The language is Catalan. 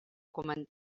comentats